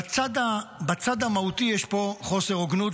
בצד המהותי יש פה חוסר הוגנות,